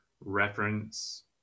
reference